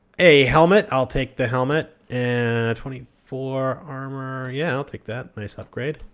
a helmet i'll take the helmet. and twenty four armor, yeah, i'll take that. nice upgrade.